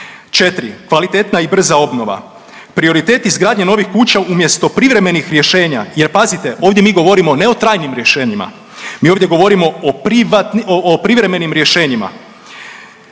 Četri, kvalitetna i brza obnova, prioritet izgradnje novih kuća umjesto privremeni rješenja jer pazite ovdje mi govorimo o ne o trajnim rješenjima, mi ovdje govorimo o privremenim rješenjima,